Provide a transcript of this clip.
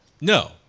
no